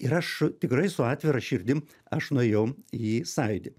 ir aš tikrai su atvira širdim aš nuėjau į sąjūdį